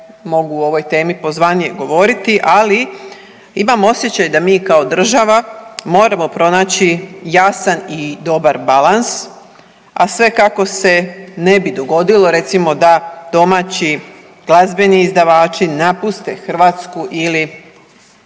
mogu o ovoj temi pozvanije govoriti, ali imam osjećaj da mi kao država moramo pronaći jasan i dobar balans a sve kako se ne bi dogodilo recimo da domaći glazbeni izdavači napuste Hrvatsku ili